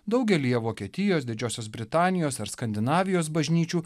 daugelyje vokietijos didžiosios britanijos ar skandinavijos bažnyčių